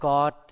God